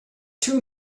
two